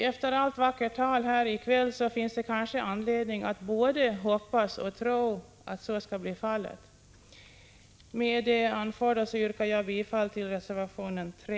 Efter allt vackert tal här i kväll finns det kanske anledning att både hoppas och tro att så skall bli fallet. Herr talman! Med det anförda yrkar jag bifall till reservation 3.